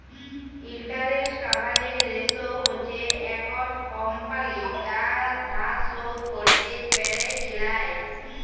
interest coverage ratio হচ্যে একট কমপালি ধার শোধ ক্যরতে প্যারে কি লায়